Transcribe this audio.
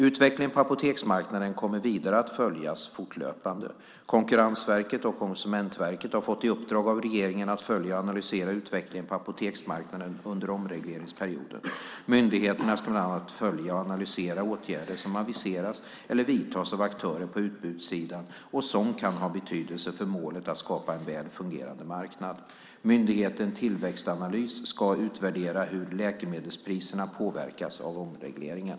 Utvecklingen på apoteksmarknaden kommer vidare att följas fortlöpande. Konkurrensverket och Konsumentverket har fått i uppdrag av regeringen att följa och analysera utvecklingen på apoteksmarknaden under omregleringsperioden. Myndigheterna ska bland annat följa och analysera åtgärder som aviseras eller vidtas av aktörer på utbudssidan och som kan ha betydelse för målet att skapa en väl fungerande marknad. Myndigheten Tillväxtanalys ska utvärdera hur läkemedelspriserna påverkas av omregleringen.